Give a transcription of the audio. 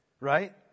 Right